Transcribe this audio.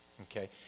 Okay